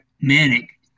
manic